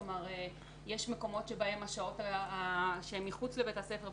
כלומר יש מקומות שבהם השעות שהן מחוץ לבית הספר,